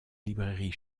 librairie